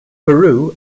peru